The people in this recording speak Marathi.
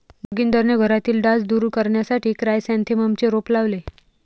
जोगिंदरने घरातील डास दूर करण्यासाठी क्रायसॅन्थेममचे रोप लावले